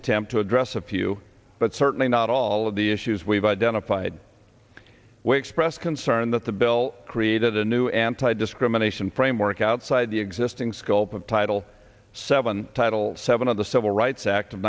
attempt to address a few but certainly not all of the issues we've identified where expressed concern that the bill created a new anti discrimination framework outside the existing scope of title seven title seven of the civil rights act